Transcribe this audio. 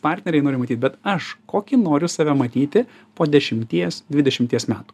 partneriai nori matyt bet aš kokį noriu save matyti po dešimties dvidešimties metų